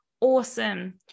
awesome